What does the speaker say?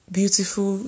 beautiful